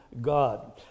God